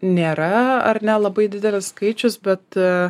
nėra ar ne labai didelis skaičius bet